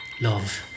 Love